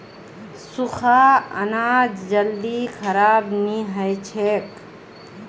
सुख्खा अनाज जल्दी खराब नी हछेक